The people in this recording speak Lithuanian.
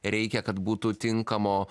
reikia kad būtų tinkamo